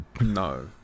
No